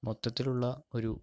മൊത്തത്തിലുള്ള ഒരു